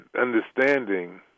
understanding